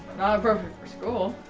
for ah for school.